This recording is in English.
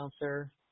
announcer